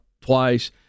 twice